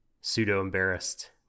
pseudo-embarrassed